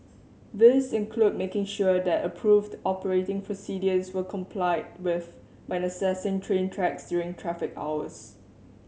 these include making sure that approved operating procedures were complied with when accessing train tracks during traffic hours